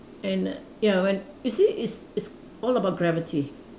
and ya when you see it's it's all about gravity